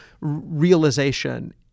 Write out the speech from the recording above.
realization